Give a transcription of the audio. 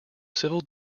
civil